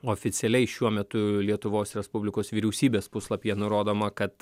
oficialiai šiuo metu lietuvos respublikos vyriausybės puslapyje nurodoma kad